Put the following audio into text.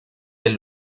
del